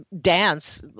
dance